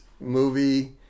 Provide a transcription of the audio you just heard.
movie